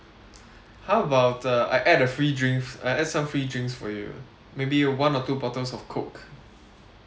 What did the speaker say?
how about uh I add a free drinks I add some free drinks for you maybe one or two bottles of coke